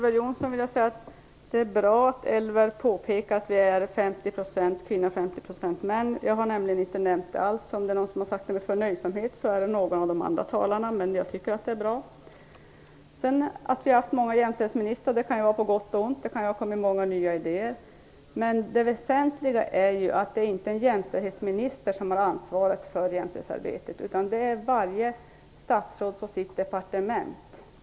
Fru talman! Det är bra att Elver Jonsson påpekade att vi är 50 % kvinnor och 50 % män i kammaren. Jag har nämligen inte nämnt det alls. Om någon har sagt det med förnöjsamhet är det någon av de andra talarna. Men jag tycker att det är bra. Att vi har haft många jämställdhetsministrar kan vara på gott och på ont. Det kan ju ha kommit många nya idéer. Men det väsentliga är ju att det inte är en jämställdhetsminister som har ansvaret för jämställdhetsarbetet utan varje statsråd på sitt departement.